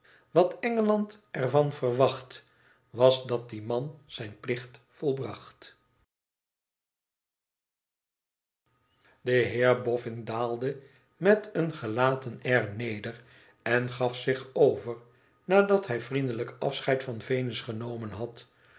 wat engeland er van verwachtt was dat die man zijn plicht volbracht de heer boffin daalde met een gelaten air neder en gaf zich over nadat hij vriendelijk afscheid van venus genomen had